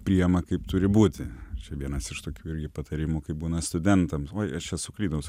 piima kaip turi būti čia vienas iš tokių patarimų kaip būna studentams oi aš čia suklydau